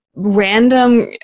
random